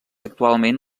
actualment